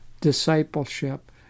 discipleship